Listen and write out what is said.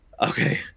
okay